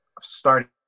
starting